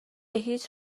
هیچ